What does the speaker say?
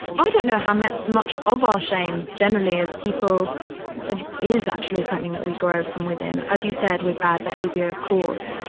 i don't know how um much of our shame generally as people and is actually something that we grow from within. as you said, with bad behavior, of course.